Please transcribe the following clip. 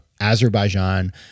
Azerbaijan